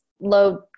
load